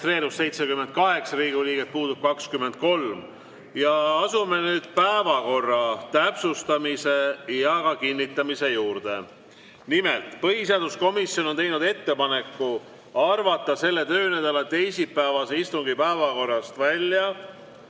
78 Riigikogu liiget, puudub 23.Asume nüüd päevakorra täpsustamise ja ka kinnitamise juurde. Nimelt, põhiseaduskomisjon on teinud ettepaneku arvata selle töönädala teisipäevase istungi päevakorrast välja